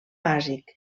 bàsic